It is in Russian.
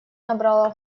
набрала